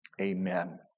Amen